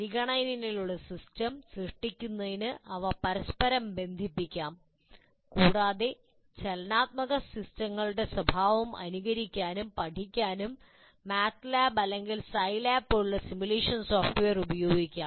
പരിഗണനയിലുള്ള സിസ്റ്റം സൃഷ്ടിക്കുന്നതിന് അവ പരസ്പരം ബന്ധിപ്പിക്കാം കൂടാതെ ചലനാത്മക സിസ്റ്റങ്ങളുടെ സ്വഭാവം അനുകരിക്കാനും പഠിക്കാനും മാറ്റ്ലാബ് അല്ലെങ്കിൽ സൈലാബ് പോലുള്ള സിമുലേഷൻ സോഫ്റ്റ്വെയർ ഉപയോഗിക്കാം